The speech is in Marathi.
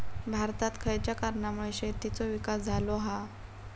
भारतात खयच्या कारणांमुळे शेतीचो विकास झालो हा?